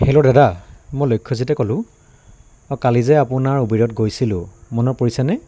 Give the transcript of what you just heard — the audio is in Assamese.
হেল্ল' দেদা মই লক্ষ্যজিতে ক'লোঁ কালি যে আপোনাৰ উবেৰত গৈছিলোঁ মনত পৰিছেনে